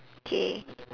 okay